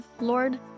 Lord